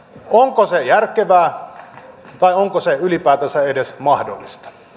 onko se järkevää tai onko se ylipäätänsä edes mahdollista